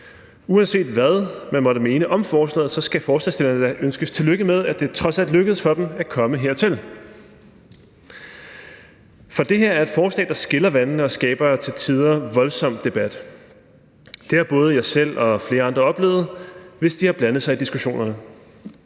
Uanset hvad man måtte mene om forslaget, skal forslagsstillerne da ønskes tillykke med, at det trods alt lykkedes for dem at komme hertil. Det her er et forslag, der skiller vandene og skaber til tider voldsom debat. Det har både jeg selv og flere andre oplevet, hvis de har blandet sig i diskussionerne.